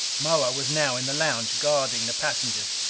moa was now in the lounge, guarding the passengers.